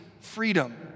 freedom